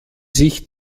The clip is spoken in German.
sich